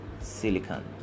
silicon